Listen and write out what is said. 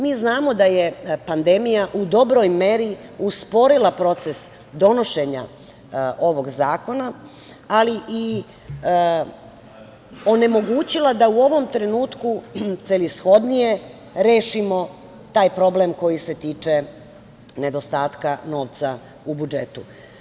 Mi znamo da je pandemija u dobroj meri usporila proces donošenja ovog zakona, ali i onemogućila da u ovom trenutku celishodnije rešimo taj problem koji se tiče nedostatka novca u budžetu.